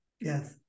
Yes